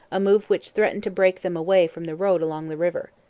a move which threatened to break them away from the road along the river.